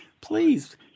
Please